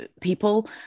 people